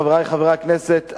חברי חברי הכנסת,